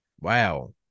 Wow